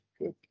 good